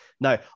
No